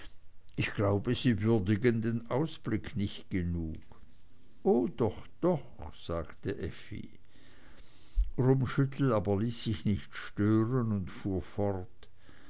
ich glaube sie würdigen den ausblick nicht genug o doch doch sagte effi rummschüttel aber ließ sich nicht stören und fuhr fort